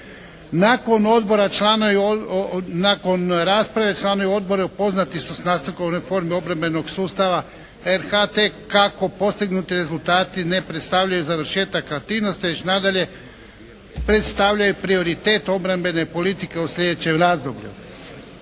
Nakon rasprave članovi Odbora upoznati sa Nacrtom reforme obrambenog sustava RH-a, te kako postignuti rezultati ne predstavljaju završetak aktivnosti, već nadalje predstavljaju prioritet obrambene politike u sljedećem razdoblju.